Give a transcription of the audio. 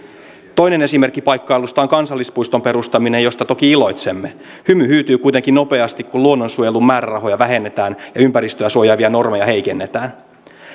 toinen esimerkki paikkailusta on kansallispuiston perustaminen josta toki iloitsemme hymy hyytyy kuitenkin nopeasti kun luonnonsuojelun määrärahoja vähennetään ja ympäristöä suojaavia normeja heikennetään